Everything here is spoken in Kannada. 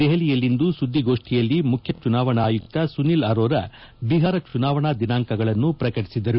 ದೆಹಲಿಯಲ್ಲಿಂದು ಸುದ್ದಿಗೋಷ್ಠಿಯಲ್ಲಿ ಮುಖ್ಯ ಚುನಾವಣಾ ಆಯುಕ್ತ ಸುನಿಲ್ ಅರೋರ ಬಿಹಾರ ಚುನಾವಣಾ ದಿನಾಂಕಗಳನ್ನು ಪ್ರಕಟಿಸಿದರು